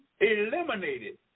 eliminated